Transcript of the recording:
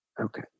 Okay